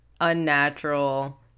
unnatural